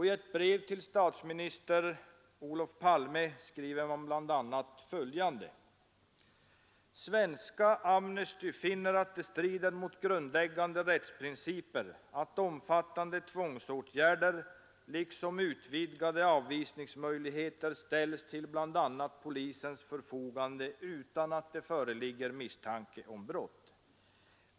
I ett brev till statsministern skriver man bl.a. följande: ”Svenska Amnesty finner att det strider mot grundläggande rättsprinciper att omfattande tvångsåtgärder liksom utvidgade avvisningsmöjligheter ställs till bl.a. polisens förfogande utan att det föreligger misstanke om brott.